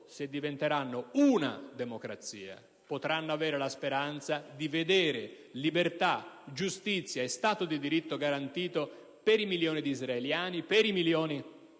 se diventeranno una democrazia potranno avere la speranza di vedere i principi di libertà, giustizia e Stato di diritto garantiti per i milioni di israeliani e per i milioni dai palestinesi.